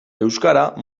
euskara